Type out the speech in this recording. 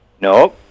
No